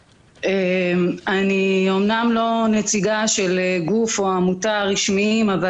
אני אמנם לא נציגה של גוף או עמותה רשמיים אבל